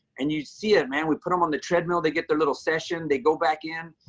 and you see it and we put them on the treadmill. they get their little session, they go back in.